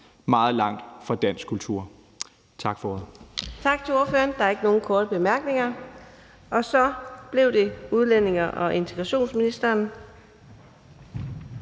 Fjerde næstformand (Karina Adsbøl): Tak til ordføreren. Der er ikke nogen korte bemærkninger, og så bliver det udlændinge- og integrationsministeren.